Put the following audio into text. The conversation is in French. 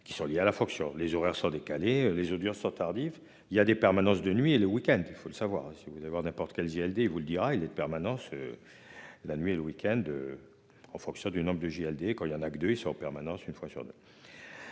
qui sont liés à la fonction. Les horaires sont décalés, les audiences sont tardive. Il y a des permanences de nuit et le week-end, il faut le savoir si vous d'avoir n'importe quel GLD vous le dira. Il est de permanence. La nuit et le week-end. En fonction du nombre de GLD quand il y en a que deux et sur en permanence une fois sur deux.